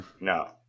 No